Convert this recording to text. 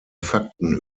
fakten